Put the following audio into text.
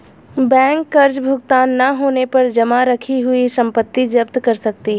bank कर्ज भुगतान न होने पर जमा रखी हुई संपत्ति जप्त कर सकती है